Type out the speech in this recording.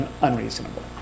unreasonable